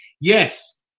Yes